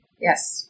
Yes